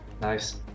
nice